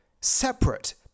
Separate